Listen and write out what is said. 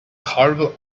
horrible